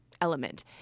element